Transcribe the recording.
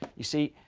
you see,